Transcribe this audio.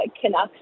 Canucks